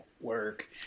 work